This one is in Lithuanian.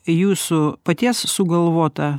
jūsų paties sugalvota